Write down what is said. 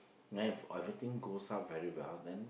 then if everything goes up very well then